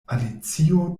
alicio